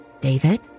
David